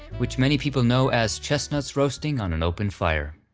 which many people know as chestnuts roasting on an open fire.